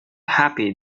happy